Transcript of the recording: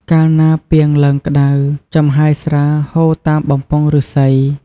កាលណាពាងឡើងក្ដៅ ចំហាយស្រាហូរតាមបំពង់ឫស្សី។